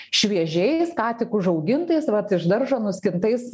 šviežiais ką tik užaugintais vat iš daržo nuskintais